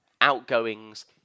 outgoings